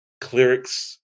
clerics